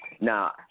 Now